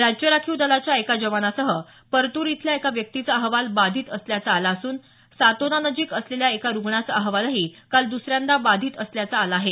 राज्य राखीव दलाच्या एका जवानासह परतूर इथल्या एक व्यक्तीचा अहवाल बाधित असल्याचा आला असून सातोना नजीक असलेल्या एका रुग्णाचा अहवालही काल दुसऱ्यांदा बाधित असल्याचा आला आहे